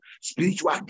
spiritual